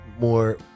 more